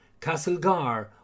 Castlegar